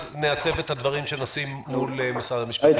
נעצב את הדברים שנשים מול משרד המשפטים.